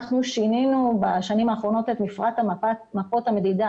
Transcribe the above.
אנחנו שינינו בשנים האחרונות את מפרט מפות המדידה